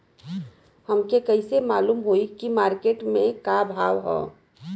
हमके कइसे मालूम होई की मार्केट के का भाव ह?